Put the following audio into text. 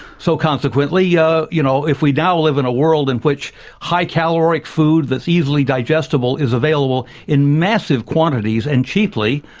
so consequently, yeah you know, if we now live in a world in which high caloric food that's easily digestible is available in massive quantities and cheaply,